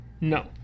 no